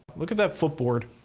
look at that footboard.